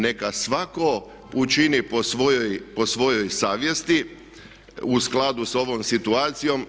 Neka svatko učini po svojoj savjesti u skladu sa ovom situacijom.